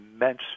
immense